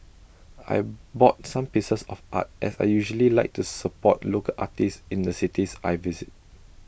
I bought some pieces of art as I usually like to support local artists in the cities I visit